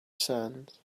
sands